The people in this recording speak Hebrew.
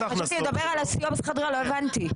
חשבתי שאתה מדבר על סיוע לשכר דירה, הבנתי.